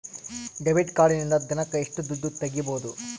Debit ಕಾರ್ಡಿನಿಂದ ದಿನಕ್ಕ ಎಷ್ಟು ದುಡ್ಡು ತಗಿಬಹುದು?